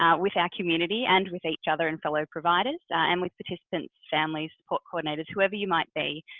ah with our community and with each other and fellow providers and with participants, families, support coordinators, whoever you might be.